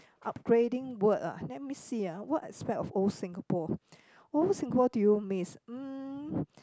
upgrading word ah let me see ah what aspect of old Singapore old Singapore do you miss mm